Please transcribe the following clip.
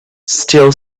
still